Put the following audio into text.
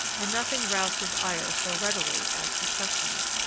and nothing roused his ire so readily as to question it.